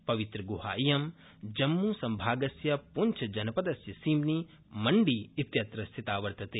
पवित्रग्हा इयं जम्मू संभागस्य पुंछजनपदस्य सीम्नि मंडी इत्यत्र स्थिता वर्तते